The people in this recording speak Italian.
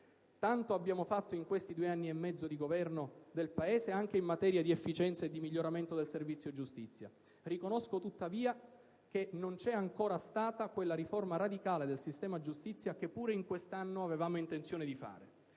Tanto abbiamo fatto in questi due anni e mezzo di governo del Paese anche in materia di efficienza e miglioramento del servizio giustizia. Riconosco tuttavia che non c'è ancora stata quella riforma radicale del sistema giustizia che pure in questo anno avevamo intenzione di fare: